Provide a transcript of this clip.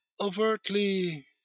overtly